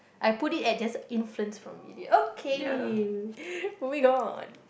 I put it at just influence from okay oh-my-god